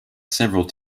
several